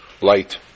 light